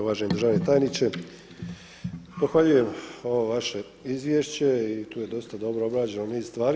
Uvaženi državni tajniče, pohvaljujem ovo vaše izvješće i tu je dosta dobro obrađeno niz stvari.